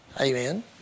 Amen